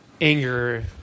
anger